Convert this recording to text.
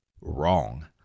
wrong